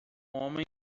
homem